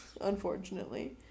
unfortunately